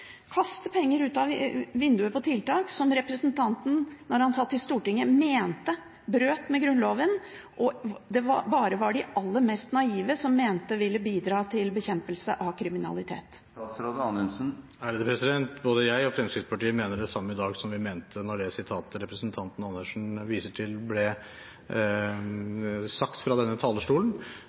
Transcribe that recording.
kaste penger ut av vinduet på tiltak som representanten, da han satt på Stortinget, mente brøt med Grunnloven, og som bare de aller mest naive mente ville bidra til bekjempelse av kriminalitet. Både jeg og Fremskrittspartiet mener det samme i dag som vi mente da det sitatet representanten Andersen viser til, ble sagt fra denne talerstolen.